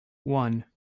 one